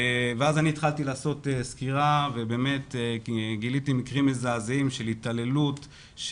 התחלתי לעשות סקירה וגיליתי מקרים מזעזעים של התעללות,